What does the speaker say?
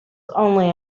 only